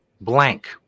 blank